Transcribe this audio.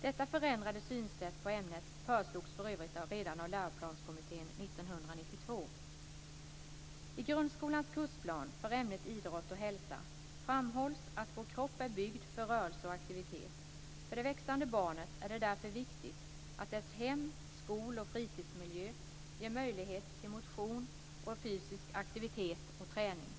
Detta förändrade synsätt på ämnet föreslogs för övrigt redan av Läroplanskommittén 1992. I grundskolans kursplan för ämnet idrott och hälsa framhålls att vår kropp är byggd för rörelse och aktivitet. För det växande barnet är det därför viktigt att dess hem-, skol och fritidsmiljö ger möjlighet till motion och fysisk aktivitet och träning.